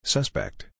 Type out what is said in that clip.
Suspect